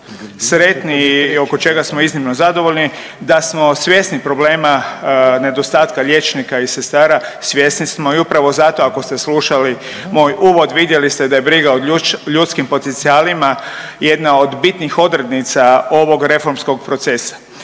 sretni i oko čega smo iznimno zadovoljni. Da smo svjesni problema nedostatka liječnika i sestara svjesni smo i upravo zato, ako ste slušali moj uvod vidjeli ste da je briga o ljudskim potencijalima jedna od bitnih odrednica ovog reformskog procesa.